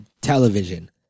television